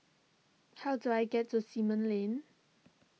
how do I get to Simon Lane